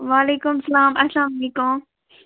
وعلیکُم سلام اسلامُ علیکُم